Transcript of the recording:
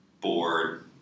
bored